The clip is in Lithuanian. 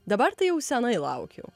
dabar tai jau senai laukiau